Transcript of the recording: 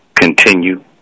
continue